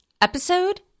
episode